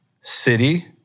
city